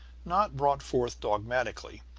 not brought forth dogmatically,